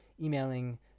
emailing